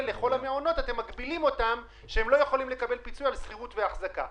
לכל המעונות אתם לא נותנים פיצוי על שכירות ואחזקה.